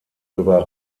über